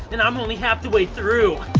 and i'm only half the way through!